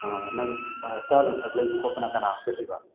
ꯑꯥ ꯅꯪ ꯍꯤꯗꯥꯛ ꯂꯥꯡꯊꯛ ꯂꯩꯕ ꯈꯣꯠꯄꯅ ꯀꯅꯥꯅ ꯆꯠꯂꯤꯕ